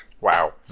Wow